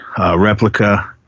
Replica